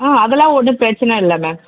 ஆ அதெல்லாம் ஒன்றும் பிரச்சனை இல்லை மேம்